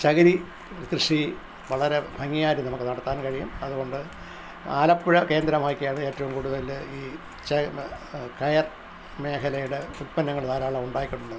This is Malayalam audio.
ചകിരി കൃഷി വളരെ ഭംഗിയായിട്ടു നമുക്കു നടത്താൻ കഴിയും അതുകൊണ്ട് ആലപ്പുഴ കേന്ദ്രമാക്കിയാണ് ഏറ്റവും കൂടുതൽ ഈ ച കയർ മേഖലയുടെ ഉത്പന്നങ്ങൾ ധാരാളം ഉണ്ടായിക്കൊണ്ടുള്ളത്